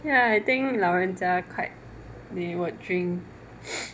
ya I think 老人家 quite they would drink